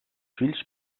fills